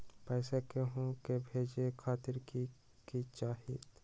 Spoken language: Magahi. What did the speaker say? पैसा के हु के भेजे खातीर की की चाहत?